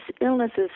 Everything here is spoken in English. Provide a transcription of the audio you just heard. illnesses